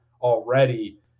already